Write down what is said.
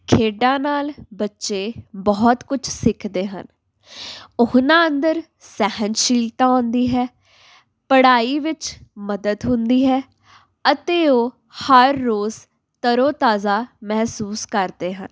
ਖੇਡਾਂ ਨਾਲ਼ ਬੱਚੇ ਬਹੁਤ ਕੁਝ ਸਿੱਖਦੇ ਹਨ ਉਹਨਾਂ ਅੰਦਰ ਸਹਿਨਸ਼ੀਲਤਾ ਆਉਂਦੀ ਹੈ ਪੜ੍ਹਾਈ ਵਿੱਚ ਮਦਦ ਹੁੰਦੀ ਹੈ ਅਤੇ ਉਹ ਹਰ ਰੋਜ਼ ਤਰੋ ਤਾਜ਼ਾ ਮਹਿਸੂਸ ਕਰਦੇ ਹਨ